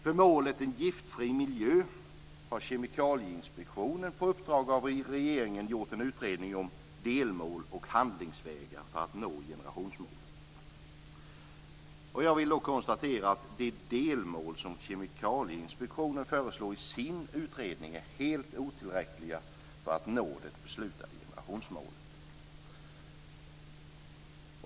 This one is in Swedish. För målet en giftfri miljö har Kemikalieinspektionen på uppdrag av regeringen gjort en utredning om delmål och handlingsvägar för att nå generationsmålet. Jag vill då konstatera att de delmål som Kemikalieinspektionen föreslår i sin utredning är helt otillräckliga för att nå det beslutade generationsmålet.